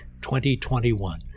2021